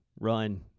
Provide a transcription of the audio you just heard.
run